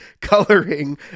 coloring